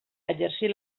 exercir